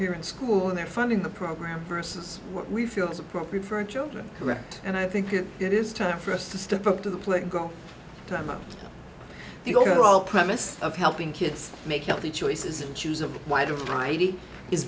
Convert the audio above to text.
here in school and they're funding the program versus what we feel is appropriate for children correct and i think it is time for us to step up to the plate and go to the overall premise of helping kids make healthy choices and choose a wide variety is